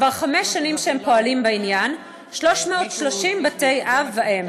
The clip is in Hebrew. כבר חמש שנים שהם פועלים בעניין, 330 בתי אב ואם.